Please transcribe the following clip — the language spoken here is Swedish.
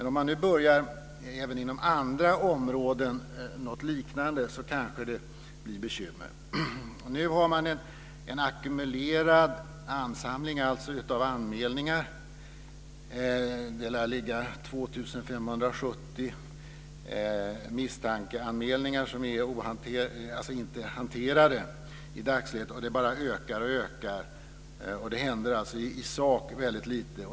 Om man nu börjar med något liknande även inom andra områden kan det bli bekymmer. Nu finns en ansamling av anmälningar. Det lär i dagsläget finnas 2 570 misstankeanmälningar som inte är hanterade. Antalet bara ökar och ökar. I sak händer lite.